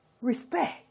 respect